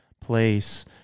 place